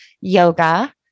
yoga